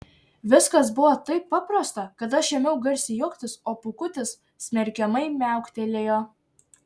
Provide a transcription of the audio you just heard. viskas buvo taip paprasta kad aš ėmiau garsiai juoktis o pūkutis smerkiamai miauktelėjo